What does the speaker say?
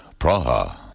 Praha